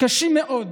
קשים מאוד,